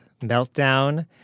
Meltdown